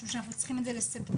משום שאנחנו צריכים את לספטמבר,